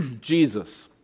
Jesus